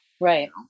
right